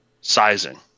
sizing